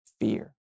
fear